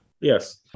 Yes